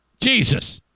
Jesus